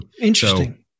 Interesting